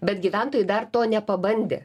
bet gyventojai dar to nepabandė